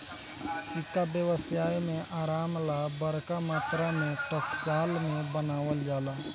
सिक्का व्यवसाय में आराम ला बरका मात्रा में टकसाल में बनावल जाला